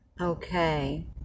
Okay